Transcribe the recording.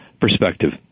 perspective